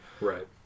right